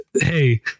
hey